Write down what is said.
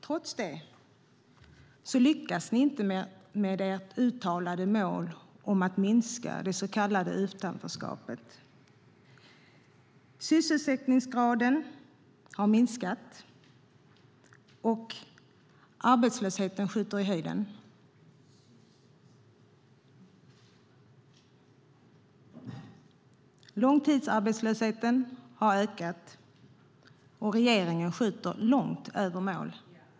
Trots det lyckas man inte med sitt uttalade mål att minska det så kallade utanförskapet. Sysselsättningsgraden har minskat, arbetslösheten har skjutit i höjden och långtidsarbetslösheten har ökat. Regeringen har missat målet.